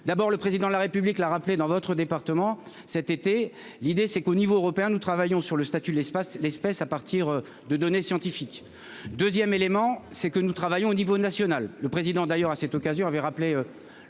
d'abord le président de la République l'a rappelé dans votre département, cet été, l'idée c'est qu'au niveau européen, nous travaillons sur le statut de l'espace, l'espèce à partir de données scientifiques 2ème élément, c'est que nous travaillons au niveau national, le président d'ailleurs à cette occasion, avait rappelé